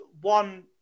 One